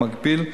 במקביל,